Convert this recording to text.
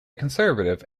conservative